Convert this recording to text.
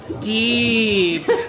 deep